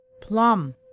Plum